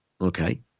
okay